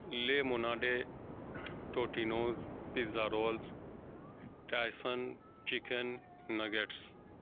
lemonade Totino's pizza rolls Tyson chicken nuggets